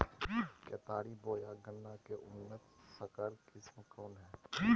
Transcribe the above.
केतारी बोया गन्ना के उन्नत संकर किस्म कौन है?